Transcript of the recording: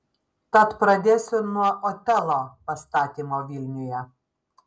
tad pradėsiu nuo otelo pastatymo vilniuje